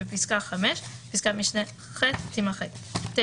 פסקה (4ח) תימחק, (9)